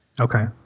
Okay